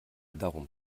darum